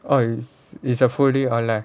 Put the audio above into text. oh it's it's a full day online